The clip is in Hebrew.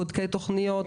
בודקי תוכניות,